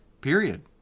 period